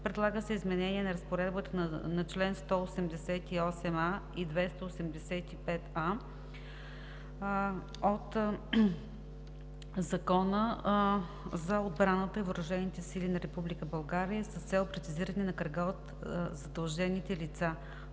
Предлага се изменение на разпоредбата на чл. 188а и 285а от Закона за отбраната и въоръжените сили на Република България с цел прецизиране на кръга от задължените лица